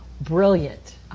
brilliant